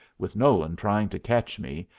with nolan trying to catch me,